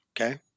Okay